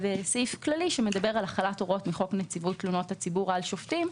וסעיף כללי שמדבר על החלת הוראות מחוק נציבות תלונות הציבור על שופטים.